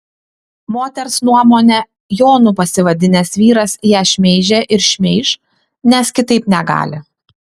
moters nuomone jonu pasivadinęs vyras ją šmeižė ir šmeiš nes kitaip negali